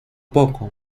poco